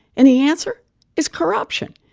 and the answer is corruption.